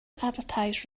advertise